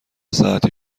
ساعتی